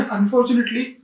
Unfortunately